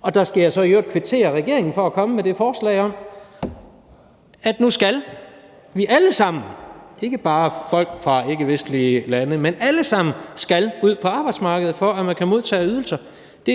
Og der skal jeg så i øvrigt kvittere over for regeringen, for man kommet med det forslag om, at nu skal vi alle sammen – ikke bare folk fra ikkevestlige lande, men alle sammen – ud på arbejdsmarkedet for at kunne modtage ydelser. Det